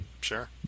Sure